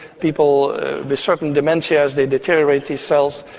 people with certain dementias, they deteriorate, these cells,